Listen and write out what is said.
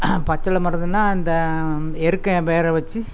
பச்சிலை மருந்துனால் இந்த எருக்கன் வேரை வச்சு